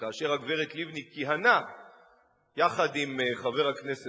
כאשר הגברת לבני כיהנה יחד עם חבר הכנסת